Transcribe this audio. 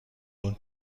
اون